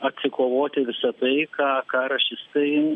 atsikovoti visa tai ką ką rašistai